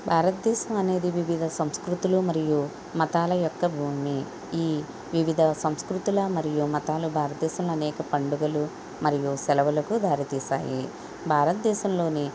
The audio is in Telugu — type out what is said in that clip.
భారతదేశం అనేది వివిధ సంస్కృతులు మరియు మతాల యొక్క భూమి ఈ వివిధ సంస్కృతిల మరియు మతాలు భారతదేశంలో అనేక పండుగలు మరియు సెలవులకు దారితీసాయి భారత్ దేశంలోని